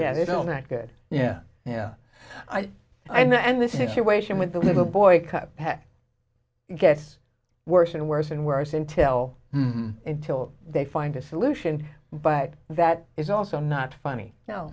yeah they don't act good yeah you know i and the situation with the little boy it gets worse and worse and worse until until they find a solution but that is also not funny no